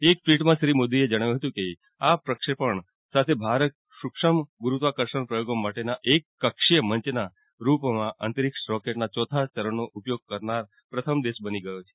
એક ટ્વીટમાં શ્રી મોદીએ જણાવ્યું હતું કે આ પ્રક્ષેપણ સાથે ભારત સુક્ષ્મ ગુરુત્વાર્ષણ પ્રયોગો માટેનાં એક કક્ષીય મંચના રૂપમાં અંતરિક્ષ રોકેટના ચોથા ચરણનો ઉપયોગ કરનાએ પ્રથમ દેશ બની ગયો છે